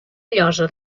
llosa